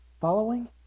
following